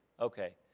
okay